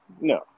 No